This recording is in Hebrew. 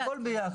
אבל הכל ביחד.